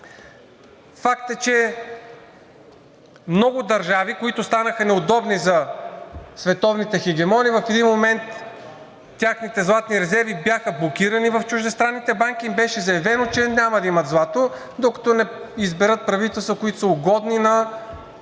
Факт е, че много държави, които станаха неудобни за световните хегемони, в един момент техните златни резерви бяха блокирани в чуждестранните банки и им беше заявено, че няма да имат злато, докато не изберат правителства, които са угодни на САЩ, на